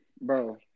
Bro